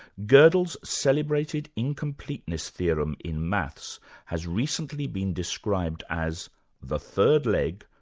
gerdell's celebrated incompleteness theorem in maths has recently been described as the third leg,